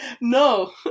No